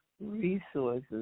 resources